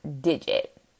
Digit